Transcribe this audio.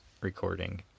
recording